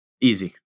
Easy